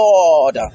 Lord